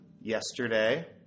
yesterday